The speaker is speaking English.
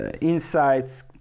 insights